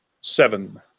Seven